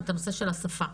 הנושא של השפה.